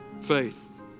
faith